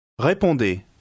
Répondez